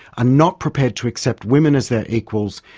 are not prepared to accept women as their equals,